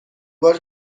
بار